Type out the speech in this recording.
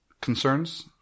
concerns